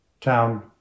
Town